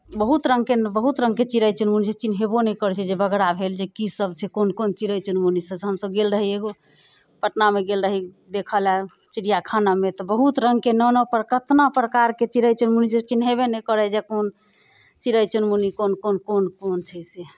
बहुत रङ्गके बहुत रङ्गके चिड़ै चुनमुनी चिन्हेबो नहि करैत छै जे बगड़ा भेल जे कीसभ छै कोन कोन चिड़ै चुनमुनी सभ हमसभ गेल रही एगो पटनामे गेल रही देखय लेल चिड़ियाखानामे तऽ बहुत रङ्गके नाना पर केतना प्रकारके चिड़ै चुनमुन जे चिन्हेबे नहि करै जे कोन चिड़ै चुनमुनी कोन कोन कोन कोन छै से